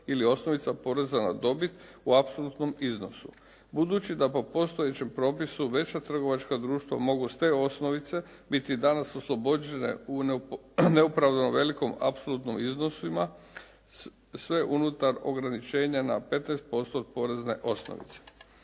ili osnovica poreza na dobit u apsolutnom iznosu. Budući da po postojećem propisu veća trgovačka društva mogu s te osnovice biti danas oslobođene u neopravdano velikom apsolutnim iznosima sve unutar ograničenja na 15% od porezne osnovice.